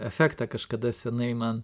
efektą kažkada senai man